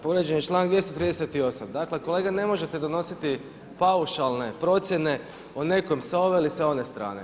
Povrijeđen je članak 238., dakle kolega ne možete donositi paušalne procjene o nekom sa ove ili sa one strane.